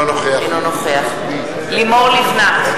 אינו נוכח לימור לבנת,